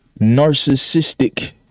narcissistic